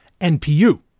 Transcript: NPU